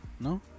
No